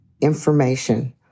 information